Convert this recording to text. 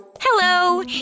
Hello